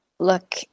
look